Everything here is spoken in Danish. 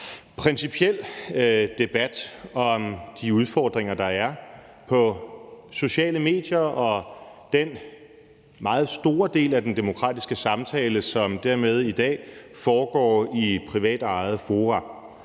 principiel debat om de udfordringer, der er med sociale medier og den meget store del af den demokratiske samtale, som dermed i dag foregår i privatejede fora.